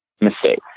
Mistake